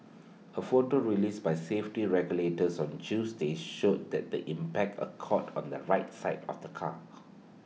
A photo released by safety regulators on Tuesday showed that the impact occurred on the right side of the car